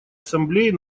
ассамблеи